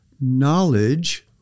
knowledge